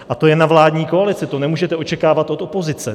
A to je na vládní koalici, to nemůžete očekávat od opozice.